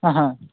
ಹಾಂ ಹಾಂ